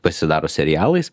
pasidaro serialais